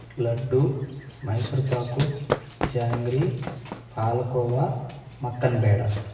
laddu Mysore pak jangri palkova మక్కన్బేడ